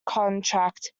contact